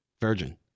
Virgin